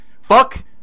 Fuck